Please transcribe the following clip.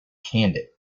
candid